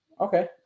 Okay